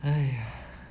!haiya!